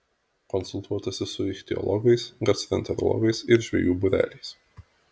konsultuotasi su ichtiologais gastroenterologais ir žvejų būreliais